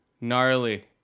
Gnarly